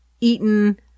eaten